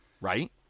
right